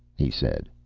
he said,